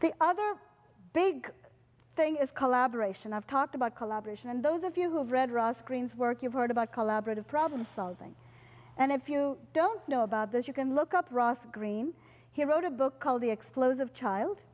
the other big thing is collaboration i've talked about collaboration and those of you who have read ross greene's work you've heard about collaborative problem solving and if you don't know about this you can look up ross greene he wrote a book called the explosive child